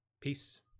Peace